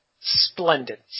Splendid